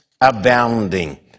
abounding